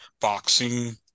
boxing